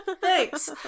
Thanks